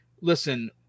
listen